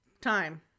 time